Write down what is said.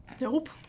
Nope